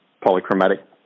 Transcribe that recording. polychromatic